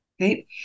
right